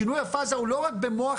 שינוי הפאזה הוא לא רק במוח